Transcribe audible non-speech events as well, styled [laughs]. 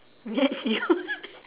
that's you [laughs]